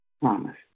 Promise